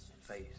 face